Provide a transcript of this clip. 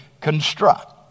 construct